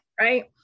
Right